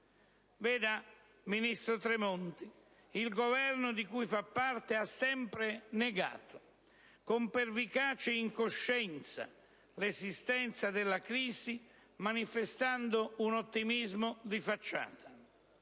altro. Ministro Tremonti, il Governo di cui fa parte ha sempre negato con pervicace incoscienza l'esistenza della crisi manifestando un ottimismo di facciata.